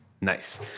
Nice